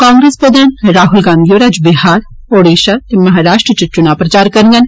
कांग्रेस प्रधान राहुल गांधी होर अज्ज बिहार ओडीशा ते महाराष्ट्र इच चुना प्रचार करङन